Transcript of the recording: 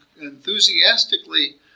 enthusiastically